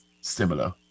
similar